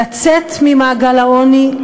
לצאת ממעגל העוני,